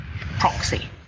proxy